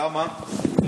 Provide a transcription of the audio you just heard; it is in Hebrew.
למה?